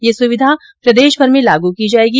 यह सुविधा प्रदेशभर में लागू की जाएगी